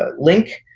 ah link.